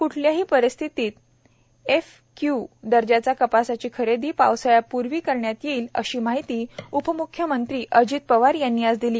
क्ठल्याही परिस्थितीत एफएक्य् दर्जाच्या कापसाची खरेदी पावसाळ्यापूर्वी पूर्ण करण्यात येईल अशी माहिती उपमुख्यमंत्री अजित पवार यांनी आज दिली